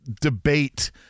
debate